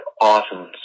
awesome